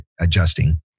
adjusting